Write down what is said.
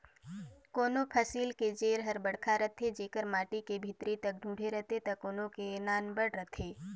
कोनों फसिल के जेर हर बड़खा रथे जेकर माटी के भीतरी तक ढूँके रहथे त कोनो के नानबड़ रहथे